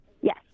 Yes